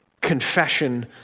confession